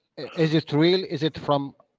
is it real? is it from.